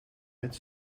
met